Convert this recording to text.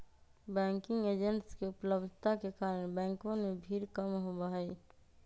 banking agents के उपलब्धता के कारण बैंकवन में भीड़ कम होबा हई